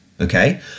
Okay